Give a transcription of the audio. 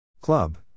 Club